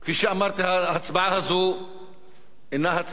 ההצבעה הזו אינה הצבעה על צירופו של דיכטר.